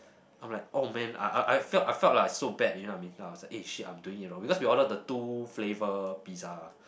I'm like oh man I I I felt I felt like so bad you know what I mean then I was like eh shit I'm doing it wrong because we ordered the two flavour pizza lah